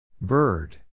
Bird